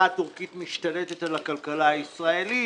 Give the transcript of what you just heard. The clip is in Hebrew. הטורקית משתלטת על הכלכלה הישראלית.